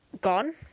gone